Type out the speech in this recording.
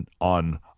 on